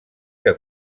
que